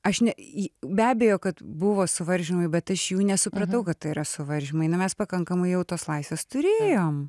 aš ne į be abejo kad buvo suvaržymai bet aš jų nesupratau kad tai yra suvaržymai na mes pakankamai jau tos laisvės turėjom